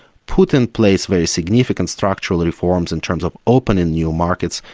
put in place very significant structural reforms in terms of opening new markets,